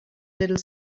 little